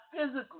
physically